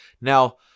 Now